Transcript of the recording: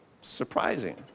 surprising